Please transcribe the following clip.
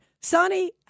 Sonny